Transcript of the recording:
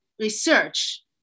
research